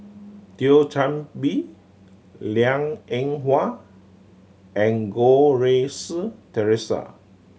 Thio Chan Bee Liang Eng Hwa and Goh Rui Si Theresa